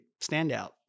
standout